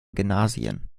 gymnasien